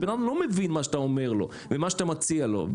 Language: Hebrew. שבן אדם לא מבין את מה שאתה אומר לו ומה שאתה מציע לו.